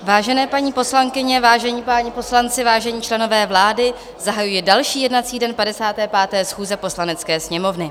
Vážené paní poslankyně, vážení páni poslanci, vážení členové vlády, zahajuji další jednací den 55. schůze Poslanecké sněmovny.